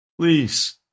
Please